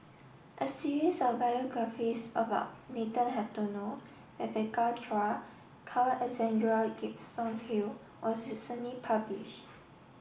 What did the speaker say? a series of biographies about Nathan Hartono Rebecca Chua Carl Alexander Gibson Hill was recently published